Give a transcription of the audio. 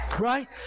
Right